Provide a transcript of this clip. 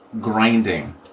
grinding